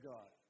God